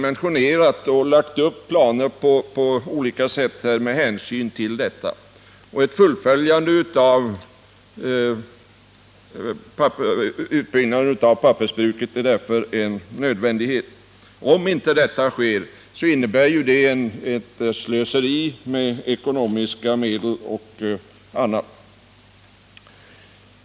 Ett fullföljande av utbyggnaden av pappersbruket är därför en nödvändighet. Om det inte sker innebär det ett slöseri med ekonomiska medel.